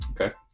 Okay